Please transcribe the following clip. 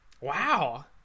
wow